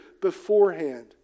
beforehand